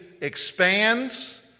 expands